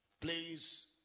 please